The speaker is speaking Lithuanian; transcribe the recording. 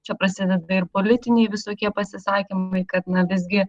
čia prasideda ir politiniai visokie pasisakymai kad visgi